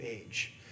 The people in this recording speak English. age